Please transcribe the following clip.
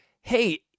hey